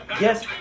Yes